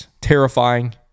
Terrifying